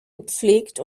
gepflegt